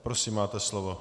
Prosím, máte slovo.